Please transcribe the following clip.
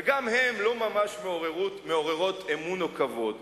וגם הן לא ממש מעוררות אמון או כבוד.